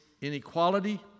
inequality